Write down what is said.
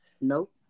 Nope